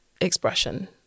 expression